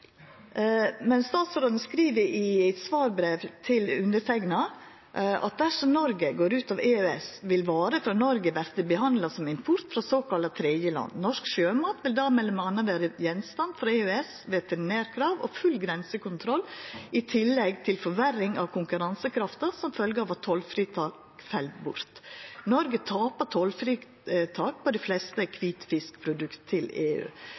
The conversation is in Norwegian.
men statsråden skriv i eit svarbrev til underteikna at dersom Noreg går ut av EØS, vil varer frå Norge verta behandla som import frå såkalla tredjeland. Norsk sjømat vil m.a. vera underlagd veterinærkrava til EØS og full grensekontroll – i tillegg til forverring av konkurransekrafta, som følgje av at tollfritak fell bort. Noreg tapar tollfritak for dei fleste kvitfiskprodukt til EU.